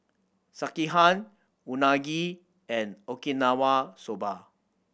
Sekihan Unagi and Okinawa Soba